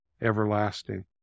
everlasting